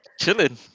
chilling